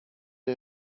who